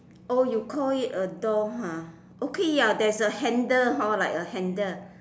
oh you call it a door ah okay ya there's a handle hor like a handle